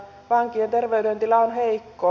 vankien terveydentila on heikko